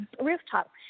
rooftop